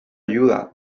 ayuda